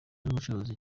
n’ubucuruzi